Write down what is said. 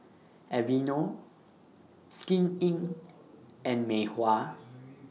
Aveeno Skin Inc and Mei Hua